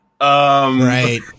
Right